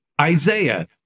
Isaiah